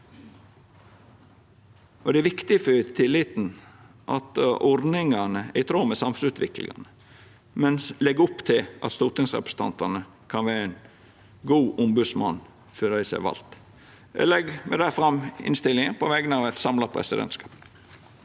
Det er viktig for tilliten at ordningane er i tråd med samfunnsutviklinga, men legg opp til at stortingsrepresentantane kan vera gode ombodsmenn for dei som har valt. Eg legg med det fram innstillinga på vegner av eit samla presidentskap.